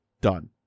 Done